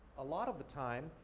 a lot of the time,